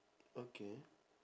okay